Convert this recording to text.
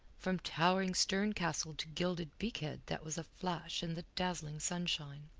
from towering stern castle to gilded beakhead that was aflash in the dazzling sunshine.